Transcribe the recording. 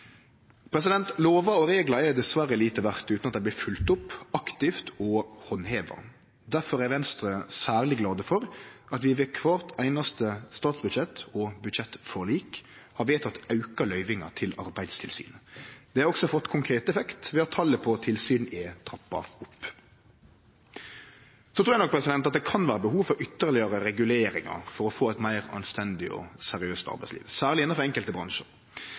Lover og reglar er dessverre lite verde utan at dei blir følgde opp aktivt og handheva. Difor er Venstre særleg glad for at vi ved kvart einaste statsbudsjett og budsjettforlik har vedteke auka løyvingar til Arbeidstilsynet. Det har òg fått konkret effekt ved at talet på tilsyn er trappa opp. Så trur eg nok det kan vere behov for ytterlegare reguleringar for å få eit meir anstendig og seriøst arbeidsliv, særleg innanfor enkelte